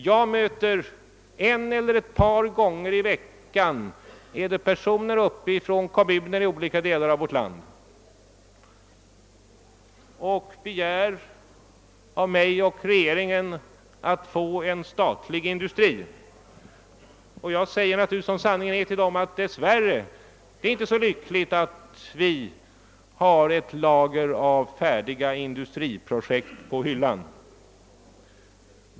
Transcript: Jag möter en eller ett par gånger i veckan personer från olika delar av landet som begär av mig och regeringen att få en statlig industri. Jag säger naturligtvis, som sanningen är, att det dess värre inte är så lyckligt, att vi har ett lager av färdiga industriprojekt på hyllan.